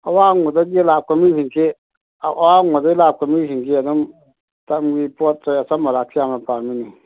ꯑꯋꯥꯡꯕꯗꯒꯤ ꯂꯥꯛꯄ ꯃꯤꯁꯤꯡꯁꯤ ꯑꯋꯥꯡꯕꯗꯒꯤ ꯂꯥꯛꯄ ꯃꯤꯁꯤꯡꯁꯤ ꯑꯗꯨꯝ ꯇꯝꯒꯤ ꯄꯣꯠ ꯆꯩ ꯑꯆꯝ ꯑꯔꯥꯛꯁꯤ ꯌꯥꯝꯅ ꯄꯥꯝꯃꯤꯅꯦ